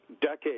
decades